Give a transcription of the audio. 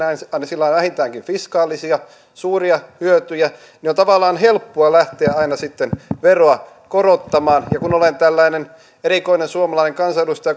sillä on vähintäänkin fiskaalisia suuria hyötyjä niin on tavallaan helppoa lähteä aina sitten veroa korottamaan ja kun olen tällainen erikoinen suomalainen kansanedustaja